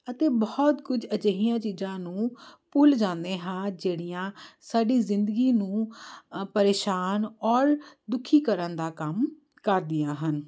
ਅਤੇ ਬਹੁਤ ਕੁਝ ਅਜਿਹੀਆਂ ਚੀਜ਼ਾਂ ਨੂੰ ਭੁੱਲ ਜਾਂਦੇ ਹਾਂ ਜਿਹੜੀਆਂ ਸਾਡੀ ਜ਼ਿੰਦਗੀ ਨੂੰ ਅ ਪਰੇਸ਼ਾਨ ਔਰ ਦੁਖੀ ਕਰਨ ਦਾ ਕੰਮ ਕਰਦੀਆਂ ਹਨ